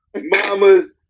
mamas